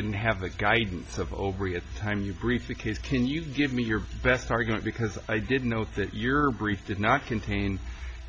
didn't have the guidance of obree at the time you briefly kids can you give me your best argument because i didn't know that your brief did not contain